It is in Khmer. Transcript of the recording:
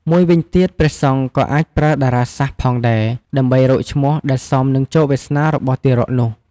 មួយវិញទៀតព្រះសង្ឃក៏អាចប្រើតារាសាស្ត្រផងដែរ ដើម្បីរកឈ្មោះដែលសមនឹងជោគវាសនារបស់ទារកនោះ។